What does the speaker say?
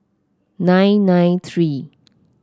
nine nine three